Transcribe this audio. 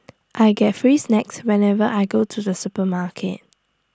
I get free snacks whenever I go to the supermarket